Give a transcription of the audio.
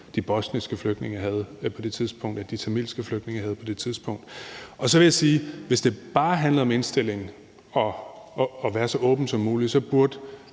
de bosniske flygtninge og de tamilske flygtninge havde på det tidspunkt. Så vil jeg sige, at hvis det bare handler om indstillingen og at være så åben som muligt, så burde